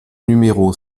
numéro